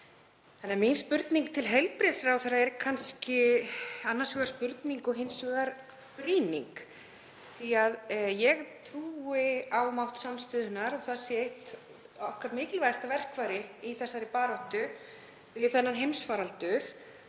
í byrjun. Mín spurning til heilbrigðisráðherra er kannski annars vegar spurning og hins vegar brýning því að ég trúi á mátt samstöðunnar og það sé eitt okkar mikilvægasta verkfæri í baráttunni við þennan heimsfaraldur.